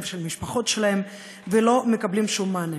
ושל המשפחות שלהם ולא מקבלים שום מענה.